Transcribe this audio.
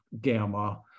gamma